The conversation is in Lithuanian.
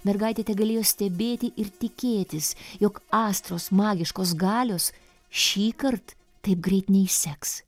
mergaitė tegalėjo stebėti ir tikėtis jog astros magiškos galios šįkart taip greit neišseks